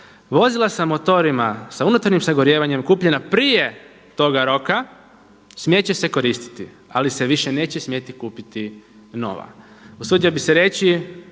Vozila sa motorima sa unutarnjim sagorijevanjem kupljena prije toga roka smjeti će se koristiti ali se više neće smjeti kupiti nova. Usudio bih se reći